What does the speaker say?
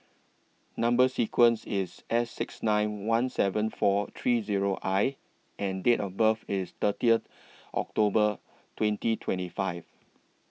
Number sequence IS S six nine one seven four three Zero I and Date of birth IS thirty October twenty twenty five